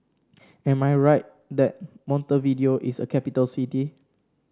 am I right that Montevideo is a capital city